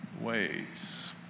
ways